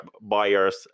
buyer's